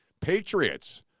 patriots